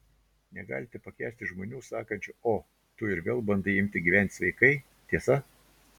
negalite pakęsti žmonių sakančių o tu ir vėl bandai imti gyventi sveikai tiesa